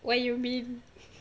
what you mean